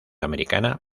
americana